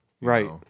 Right